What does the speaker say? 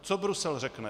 Co Brusel řekne?